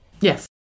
Yes